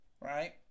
right